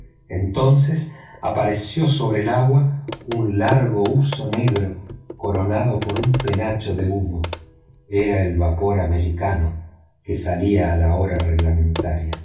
entonces apareció sobre el agua un largo huso negro coronado por un penacho de humo era el vapor americano que salía a la hora reglamentaria